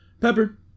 Pepper